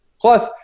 Plus